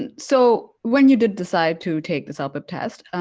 and so when you did decide to take the celpip test.